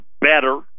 better